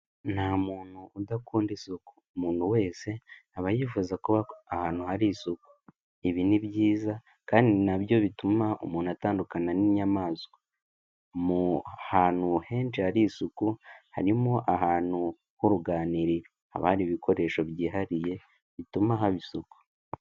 Nta muntu udakunda isuku, umuntu wese aba yifuza kuba ahantu hari isuku, ibi ni byiza kandi ni abyo bituma umuntu atandukana n'inyamaswa, mu hantu henshi hari isuku harimo ahantu h'uruganiriro, haba hari ibikoresho byihariye bituma haba isuku.